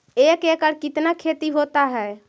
एक एकड़ कितना खेति होता है?